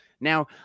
now